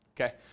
Okay